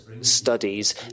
studies